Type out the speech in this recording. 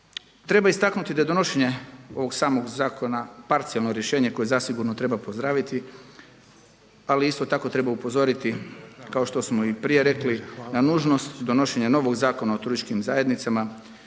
Treba istaknuti da je donošenje ovog samog zakona parcijalno rješenje koje zasigurno treba pozdraviti ali isto tako treba upozoriti kao što smo i prije rekli na nužnost donošenja novog Zakona o turističkim zajednicama,